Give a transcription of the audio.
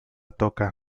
toca